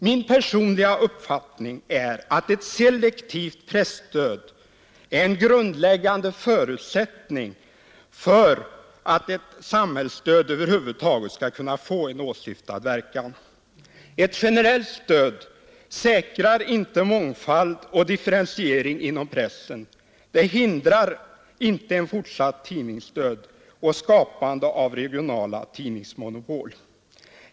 Min personliga uppfattning är att ett selektivt presstöd är en grundläggande förutsättning för att ett samhällsstöd över huvud taget skall få åsyftad verkan. Ett generellt stöd säkrar inte mångfald och differentiering inom pressen, det hindrar inte en fortsatt tidningsdöd och skapandet av regionala tidningsmonopol.